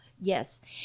Yes